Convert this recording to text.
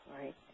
Right